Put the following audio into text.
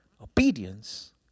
Obedience